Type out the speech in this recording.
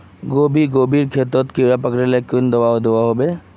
गोभी गोभिर खेतोत कीड़ा पकरिले कुंडा दाबा दुआहोबे?